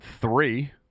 three